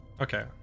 Okay